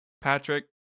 Patrick